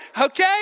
okay